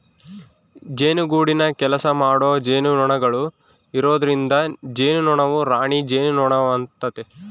ಜೇನುಗೂಡಿನಗ ಕೆಲಸಮಾಡೊ ಜೇನುನೊಣಗಳು ಇರೊದ್ರಿಂದ ಜೇನುನೊಣವು ರಾಣಿ ಜೇನುನೊಣವಾತತೆ